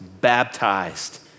baptized